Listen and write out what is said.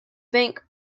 bank